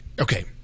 okay